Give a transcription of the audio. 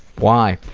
why?